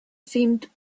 seemed